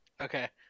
Okay